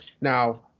Now